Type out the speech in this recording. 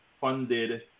funded